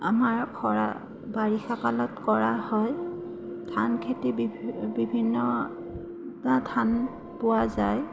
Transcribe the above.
আমাৰ খৰা বাৰিষা কালত কৰা হয় ধান খেতি বিভি বিভিন্ন ধান পোৱা যায়